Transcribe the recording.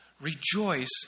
Rejoice